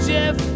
Jeff